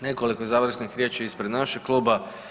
Nekoliko završnih riječi ispred našeg kluba.